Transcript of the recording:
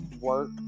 work